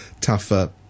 tougher